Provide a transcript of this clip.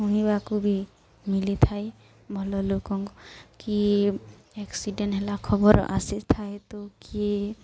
ଶୁଣିବାକୁ ବି ମିଲିଥାଏ ଭଲ ଲୋକଙ୍କୁ କିଏ ଆକ୍ସିଡେଣ୍ଟ ହେଲା ଖବର ଆସିଥାଏ ତ କିଏ